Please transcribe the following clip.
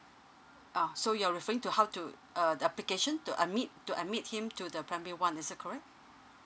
oh so you're referring to how to uh the application to admit to admit him to the primary one is that correct